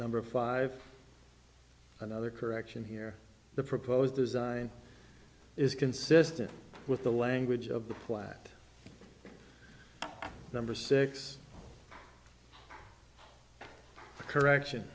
number five another correction here the proposed design is consistent with the language of the plat number six correction